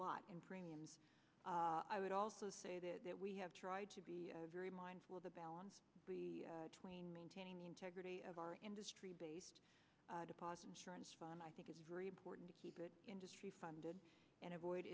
lot in premiums i would also say that we have tried to be very mindful of the balance be tween maintaining the integrity of our industry based deposit insurance fund i think it's very important to keep it industry funded and avoid